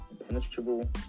Impenetrable